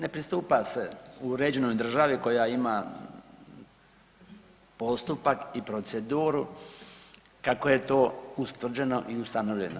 Ne pristupa se uređenoj državi koja ima postupak i proceduru kako je to ustvrđeno i ustanovljeno.